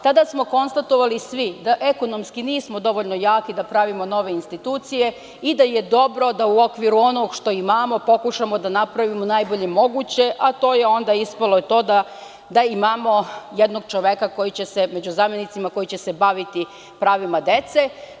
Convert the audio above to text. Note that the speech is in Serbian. Tada smo konstatovali svi da ekonomski nismo dovoljno jaki da pravimo nove institucije i da je dobro da u okviru onoga što imamo pokušamo da napravimo najbolje moguće, a to je onda ispalo da imamo jednog čoveka koji će se baviti pravima dece.